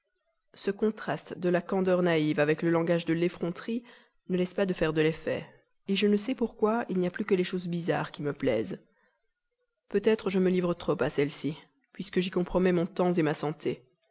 ce contraste de la candeur naïve avec le langage de l'effronterie ne laisse pas de faire de l'effet et je ne sais pourquoi il n'y a plus que les choses bizarres qui me plaisent peut-être je me livre trop à celle-ci puisque j'y compromets mon temps ma santé